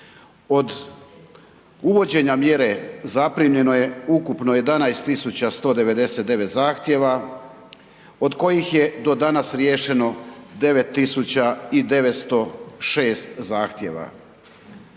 Od uvođenja mjere zaprimljeno je ukupno 11 tisuća 199 zahtjeva, od kojih je do danas riješeno 9906 zahtjeva.